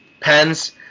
Pens